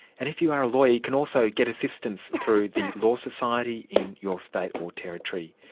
and if you are a lawyer you can also get assistance through the law society in your state or territory.